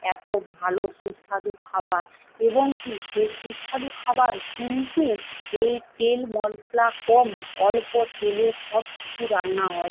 এতো ভালো সুস্বাদু খাবার এবং কী সে সুস্বাদু খাবার কিন্তু এই তেল মশলা কম অল্প তেলে সব কিছু রান্না হয়